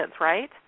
Right